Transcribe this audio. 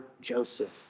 Joseph